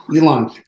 Elon